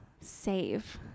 save